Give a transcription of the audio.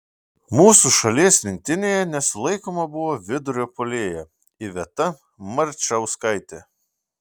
mūsų šalies rinktinėje nesulaikoma buvo vidurio puolėja iveta marčauskaitė